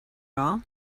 all